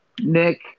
Nick